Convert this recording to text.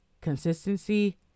consistency